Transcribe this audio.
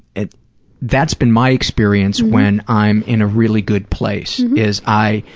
and that's been my experience when i'm in a really good place, is i,